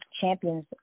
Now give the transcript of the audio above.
champions